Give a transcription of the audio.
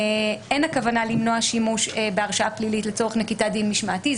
אין הכוונה למנוע שימוש בהרשעה פלילית לצורך נקיטת דין משמעתי.